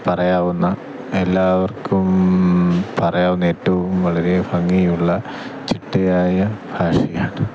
പറയാവുന്ന എല്ലാവർക്കും പറയാവുന്ന ഏറ്റവും വളരെ ഭംഗിയുള്ള ചിട്ടയായ ഭാഷയാണ്